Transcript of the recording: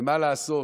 ומה לעשות,